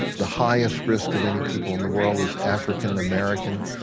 the highest risk of any people in the world is african americans.